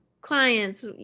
clients